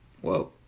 whoa